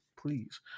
please